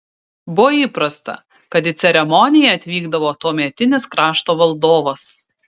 buvo įprasta kad į ceremoniją atvykdavo tuometinis krašto valdovas